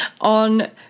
on